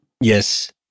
Yes